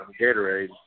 Gatorade